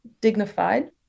dignified